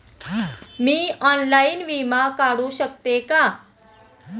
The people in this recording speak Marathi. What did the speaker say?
मी ऑनलाइन विमा काढू शकते का?